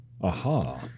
Aha